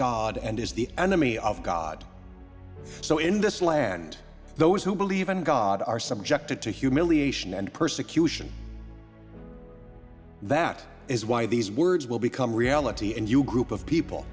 god and is the enemy of god so in this land those who believe in god are subjected to humiliation and persecution that is why these words will become reality and you group of people